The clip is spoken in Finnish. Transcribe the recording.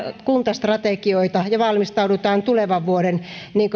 kuntastrategioita ja valmistaudutaan tulevan vuoden